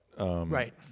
right